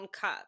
cup